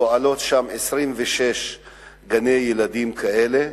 פועלים שם 26 גני-ילדים כאלה,